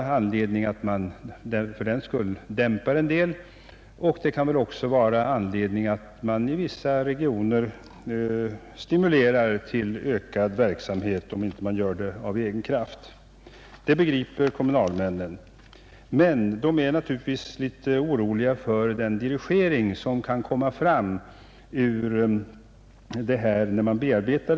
Samtidigt kan det finnas anledning att i vissa regioner stimulera till ökad verksamhet. Kommunalmännen är naturligtvis litet oroliga för att en dirigering skall kunna ske sedan materialet bearbetats.